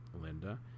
Linda